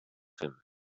him